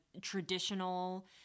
traditional